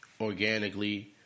organically